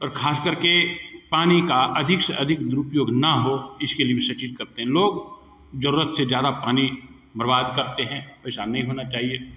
और खासकर के पानी का अधिक से अधिक दुरुपयोग न हो इसके लिए भी सचेत करते हैं लोग जरूरत से ज़्यादा पानी बर्बाद करते हैं ऐसा नहीं होना चाहिए